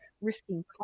risking